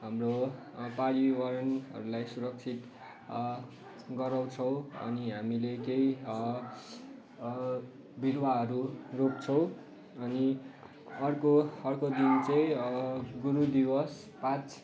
हाम्रो पर्यावरणहरूलाई सुरक्षित गराउँछौँ अनि हामीले केही बिरुवाहरू रोप्छौँ अनि अर्को अर्को दिन चाहि गुरु दिवस